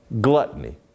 gluttony